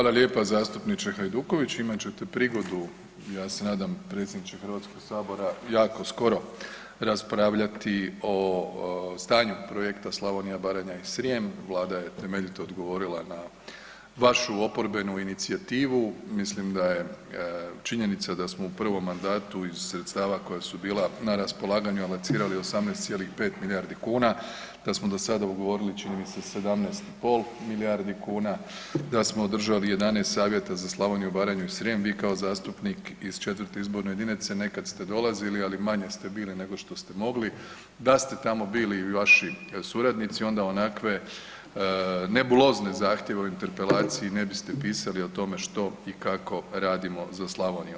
Hvala lijepa zastupniče Hajduković, imat ćete prigodu, ja se nadam, predsjedniče Hrvatskog sabora, jako skoro raspravljati o stanju projekta Slavonija, Baranja i Srijem, Vlada je temeljito odgovorila na vašu oporbenu inicijativu, mislim da je činjenica da smo u prvom mandatu iz sredstava koja su bila na raspolaganju, alocirali 18,5 milijardi kuna a da smo do sada ugovorili čini mi se 17,5 milijardi kuna, da smo održali 11 savjeta za Slavoniju, Baranju i Srijem, vi kao zastupnik iz IV. izborne jedinice nekad ste dolazili ali manje ste bili nego što ste mogli, da ste tamo bili i vaši suradnici, onda onakve nebulozne zahtjeve u interpelaciji ne biste pisali o tome što i kako radimo za Slavoniju.